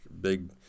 big